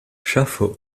ŝafo